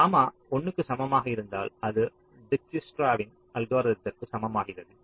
gamma 1 க்கு சமமாக இருந்தால் அது டிஜ்க்ஸ்ட்ராவின் அல்கோரிதத்திற்க்கு சமமாகிறது